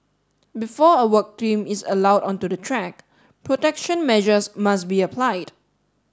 before a work team is allowed onto the track protection measures must be applied